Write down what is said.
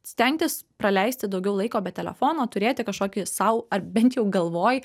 stengtis praleisti daugiau laiko be telefono turėti kažkokį sau ar bent jau galvoj